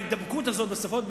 ההידבקות הזאת בשפות,